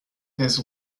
his